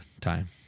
time